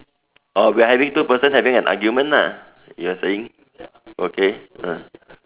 oh we are having two person having a argument lah you are saying okay ah